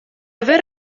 aver